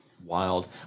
wild